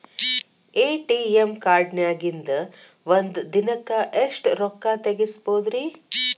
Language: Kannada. ಎ.ಟಿ.ಎಂ ಕಾರ್ಡ್ನ್ಯಾಗಿನ್ದ್ ಒಂದ್ ದಿನಕ್ಕ್ ಎಷ್ಟ ರೊಕ್ಕಾ ತೆಗಸ್ಬೋದ್ರಿ?